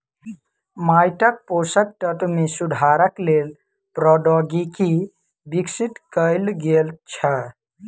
माइटक पोषक तत्व मे सुधारक लेल प्रौद्योगिकी विकसित कयल गेल छै